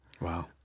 Wow